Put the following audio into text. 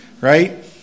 right